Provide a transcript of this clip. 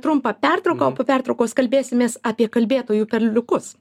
trumpą pertrauką o po pertraukos kalbėsimės apie kalbėtojų perliukus